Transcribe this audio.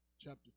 Chapter